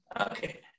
Okay